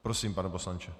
Prosím, pane poslanče.